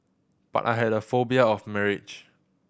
but I had a phobia of marriage